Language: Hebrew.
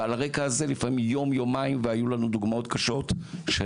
ועל הרקע הזה לפעמים יום-יומיים והיו לנו דוגמאות קשות של